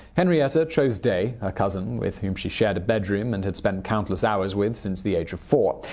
henrietta chose day, her cousin with whom she shared a bedroom and had spent countless hours with since the age of four.